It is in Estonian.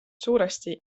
suuresti